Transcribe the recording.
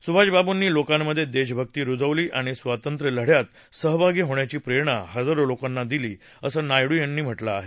सभाषबाबूनी लोकांमधे देशभक्ती रुजवली आणि स्वातंत्र्यलढ्यात सहभागी होण्याची प्रेरणा हजारो लोकांना दिली असं नायडू यांनी म्हटल आहे